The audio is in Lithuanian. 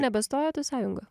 nebestojot į sąjungą